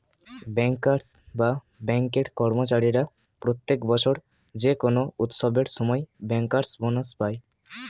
bankers বা ব্যাঙ্কের কর্মচারীরা প্রত্যেক বছর যে কোনো উৎসবের সময় ব্যাংকার্স বোনাস পায়